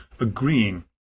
agreeing